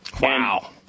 Wow